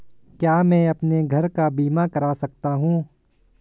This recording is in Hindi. क्या मैं अपने घर का बीमा करा सकता हूँ?